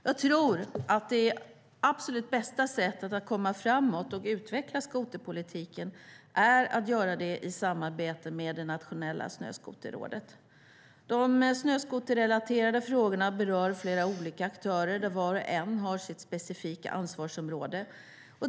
Jag tror att det absolut bästa sättet att komma framåt och utveckla skoterpolitiken är att göra det i samarbete med Nationella Snöskoterrådet. De snöskoterrelaterade frågorna berör flera olika aktörer, och var och en har sitt specifika ansvarområde.